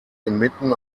inmitten